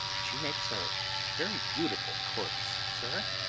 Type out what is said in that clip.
she makes a very beautiful corpse, sir.